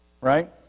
right